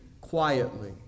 quietly